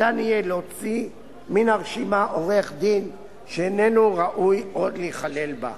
ניתן יהיה להוציא מן הרשימה עורך-דין שאינו ראוי עוד להיכלל בה.